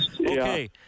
okay